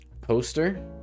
Poster